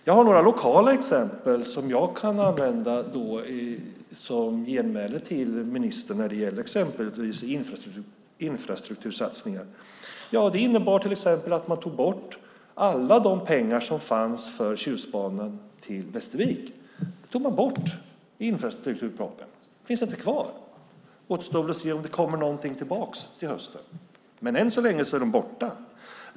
Jag har några lokala exempel som jag kan använda som genmäle till ministern när det gäller exempelvis infrastruktursatsningen. I infrastrukturpropositionen tog man bort alla de pengar som fanns för Tjustbanan till Västervik. De finns inte kvar. Det återstår väl att se om det kommer någonting tillbaka till hösten, men än så länge är de borta.